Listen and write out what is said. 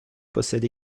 possède